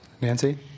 Nancy